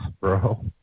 bro